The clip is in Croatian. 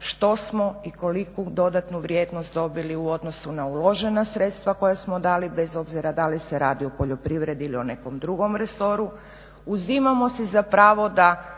što smo i koliku dodatnu vrijednost dobili u odnosu na uložena sredstva koja smo dali bez obzira da li se radi o poljoprivredi ili o nekom drugom resoru, uzimamo si za pravo da